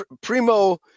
Primo